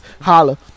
Holla